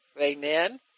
amen